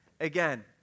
Again